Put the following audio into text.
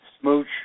smooch